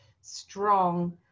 strong